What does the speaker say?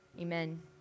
Amen